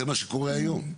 זה מה שקורה היום.